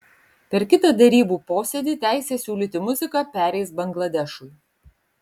per kitą derybų posėdį teisė siūlyti muziką pereis bangladešui